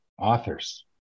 authors